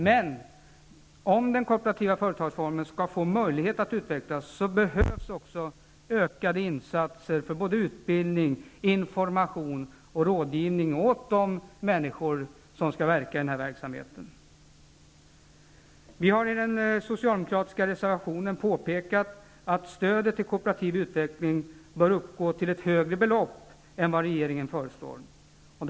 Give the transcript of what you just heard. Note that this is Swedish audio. Men om den kooperativa företagsformen skall få möjlighet att utvecklas, behövs också ökade insatser för såväl utbildning och information som rådgivning när det gäller de människor som skall verka på det här området. Vi har i den socialdemokratiska reservationen påpekat att stödet till kooperativ utveckling bör utgå med ett högre belopp än vad regeringen har föreslagit.